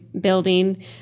building